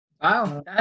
Wow